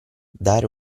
dare